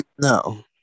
No